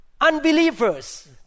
Unbelievers